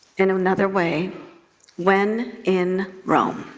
in another way when in rome.